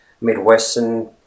Midwestern